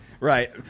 Right